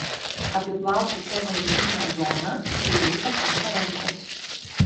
apiplauti savo intymią zoną pilnai pakanka rankos